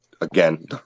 again